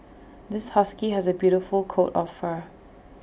this husky has A beautiful coat of fur